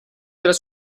della